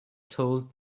told